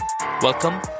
Welcome